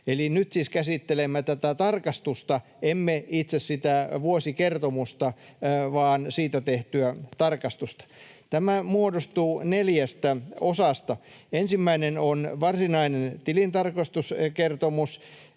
Eli nyt siis käsittelemme tätä tarkastusta, emme itse sitä vuosikertomusta, vaan siitä tehtyä tarkastusta. Tämä muodostuu neljästä osasta. Ensimmäinen on varsinainen tilintarkastuskertomus,